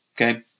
okay